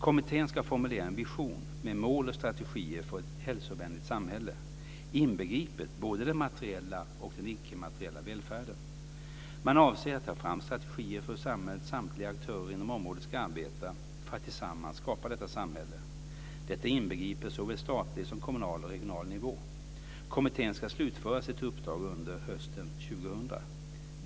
Kommittén ska formulera en vision med mål och strategier för ett hälsovänligt samhälle, inbegripet både den materiella och den icke materiella välfärden. Man avser att ta fram strategier för hur samhällets samtliga aktörer inom området ska arbeta för att tillsammans skapa detta samhälle. Detta inbegriper såväl statlig som kommunal och regional nivå. Kommittén ska slutföra sitt uppdrag under hösten 2000.